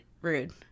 rude